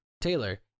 Taylor